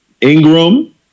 Ingram